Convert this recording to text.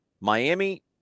Miami